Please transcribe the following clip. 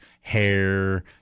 hair –